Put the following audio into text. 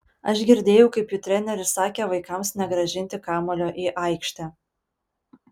aš girdėjau kaip jų treneris sakė vaikams negrąžinti kamuolio į aikštę